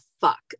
fuck